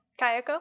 Kayako